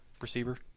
receiver